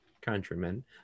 countrymen